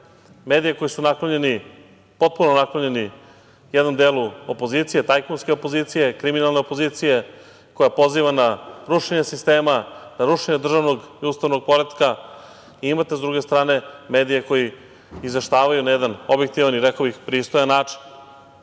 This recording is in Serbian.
medije koji su napravljeni, potpuno naklonjeni jednom delu opozicije, tajkunske opozicije, kriminalne opozicije koja poziva na rušenje sistema, na rušenje državnog i ustavnog poretka. Imate sa druge strane medije koji izveštavaju na jedan objektivan i rekao bih pristojan